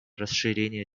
расширение